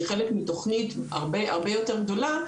שהיא חלק מתכנית הרבה יותר גדולה,